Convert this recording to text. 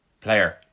player